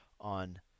on